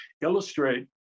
illustrate